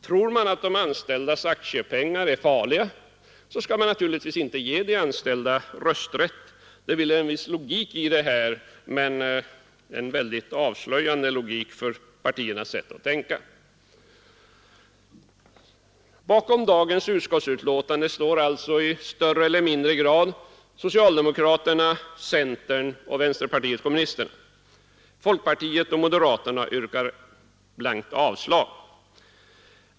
Tror man att de anställdas aktiepengar är farliga, skall man naturligtvis inte ge de anställda rösträtt. Det ligger en viss logik i det här, en avslöjande logik för partiernas sätt att tänka. Bakom dagens utskottsbetänkande står alltså i större eller mindre grad socialdemokraterna, centern och vänsterpartiet kommunisterna. Folkpartiet och moderaterna yrkar blankt avslag.